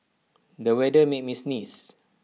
the weather made me sneeze